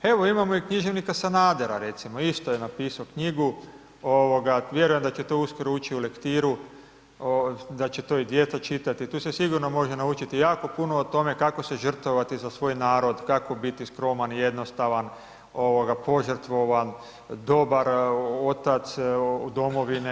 Evo imamo i književnika Sanadera recimo, isto je napisao knjigu ovoga, vjerujem da će to uskoro ući u lektiru, da će to i djeca čitati, tu se sigurno može naučiti jako puno o tome kako se žrtvovati za svoj narod, kako biti skroman i jednostavan ovoga požrtvovan, dobar otac domovine.